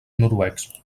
noruecs